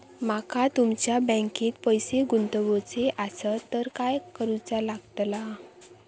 माका तुमच्या बँकेत पैसे गुंतवूचे आसत तर काय कारुचा लगतला?